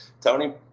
Tony –